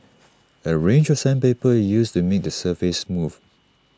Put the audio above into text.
A range of sandpaper is used to make the surface smooth